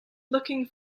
looking